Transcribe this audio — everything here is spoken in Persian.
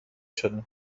شدن